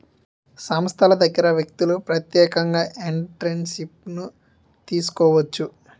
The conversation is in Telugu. సంస్థల దగ్గర వ్యక్తులు ప్రత్యేకంగా ఎంటర్ప్రిన్యూర్షిప్ను తీసుకోవచ్చు